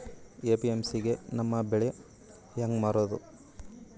APMC ಗೆ ನಮ್ಮ ಬೆಳಿ ಹೆಂಗ ಮಾರೊದ?